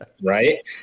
right